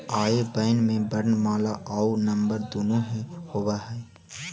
आई बैन में वर्णमाला आउ नंबर दुनो ही होवऽ हइ